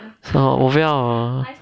我不要哦